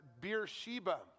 Beersheba